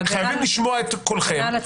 חייבים לשמוע את קולכם,